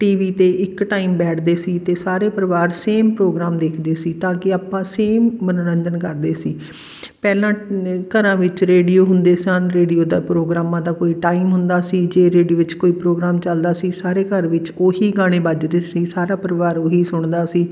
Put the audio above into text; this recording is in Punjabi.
ਟੀ ਵੀ 'ਤੇ ਇੱਕ ਟਾਈਮ ਬੈਠਦੇ ਸੀ ਅਤੇ ਸਾਰੇ ਪਰਿਵਾਰ ਸੇਮ ਪ੍ਰੋਗਰਾਮ ਦੇਖਦੇ ਸੀ ਤਾਂ ਕਿ ਆਪਾਂ ਸੇਮ ਮਨੋਰੰਜਨ ਕਰਦੇ ਸੀ ਪਹਿਲਾਂ ਨ ਘਰਾਂ ਵਿੱਚ ਰੇਡੀਓ ਹੁੰਦੇ ਸਨ ਰੇਡੀਓ ਦਾ ਪ੍ਰੋਗਰਾਮਾਂ ਦਾ ਕੋਈ ਟਾਈਮ ਹੁੰਦਾ ਸੀ ਜੇ ਰੇਡੀਓ ਵਿੱਚ ਕੋਈ ਪ੍ਰੋਗਰਾਮ ਚੱਲਦਾ ਸੀ ਸਾਰੇ ਘਰ ਵਿੱਚ ਉਹੀ ਗਾਣੇ ਵੱਜਦੇ ਸੀ ਸਾਰਾ ਪਰਿਵਾਰ ਉਹੀ ਸੁਣਦਾ ਸੀ